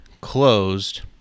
closed